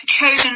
chosen